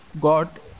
got